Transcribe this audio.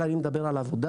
אלא אני מדבר על עבודה,